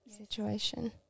situation